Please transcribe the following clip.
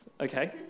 Okay